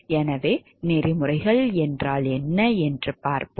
எனவே நெறிமுறைகள் என்றால் என்ன என்று பார்ப்போம்